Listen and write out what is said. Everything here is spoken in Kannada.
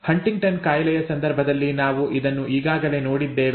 ಹಂಟಿಂಗ್ಟನ್ ಕಾಯಿಲೆಯ ಸಂದರ್ಭದಲ್ಲಿ ನಾವು ಇದನ್ನು ಈಗಾಗಲೇ ನೋಡಿದ್ದೇವೆ